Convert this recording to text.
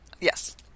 Yes